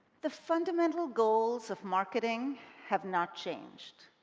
the fundamental goals of marketing have not changed,